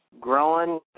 growing